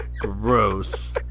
Gross